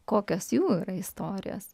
kokios jų yra istorijos